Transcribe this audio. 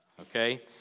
Okay